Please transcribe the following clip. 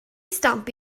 stamp